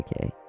okay